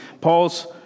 Paul's